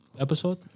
episode